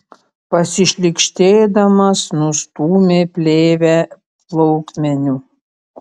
pasišlykštėdamas nustūmė plėvę plaukmeniu